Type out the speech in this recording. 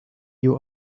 you